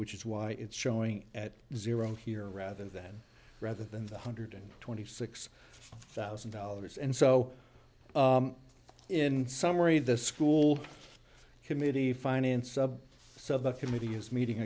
which is why it's showing at zero here rather than rather than the hundred and twenty six thousand dollars and so in summary the school committee finance so the committee is meeting